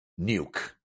nuke